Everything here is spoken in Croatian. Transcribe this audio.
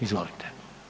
Izvolite.